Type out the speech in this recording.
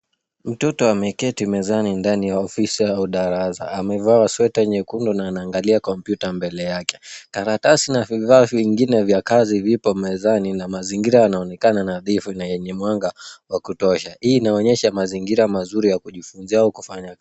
Mtoto ameketi mezani ndani ya ofisi au darasa. Amevaa sweta nyekundu na anaangalia kompyuta mbele yake. Karatasi na vifaa vingine vya kazi vipo mezani na mazingira yanaonekana nadhifu na yenye mwanga wa kutosha. HIi inaonyesha mazingira mazuri ya kujifunzia au kufanya kazi.